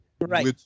right